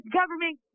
government